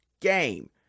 game